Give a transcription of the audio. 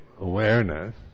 awareness